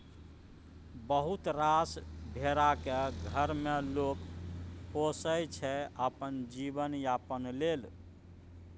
बहुत रास भेरा केँ घर मे लोक पोसय छै अपन जीबन यापन लेल